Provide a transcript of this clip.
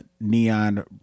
neon